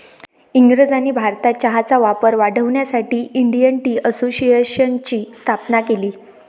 इंग्रजांनी भारतात चहाचा वापर वाढवण्यासाठी इंडियन टी असोसिएशनची स्थापना केली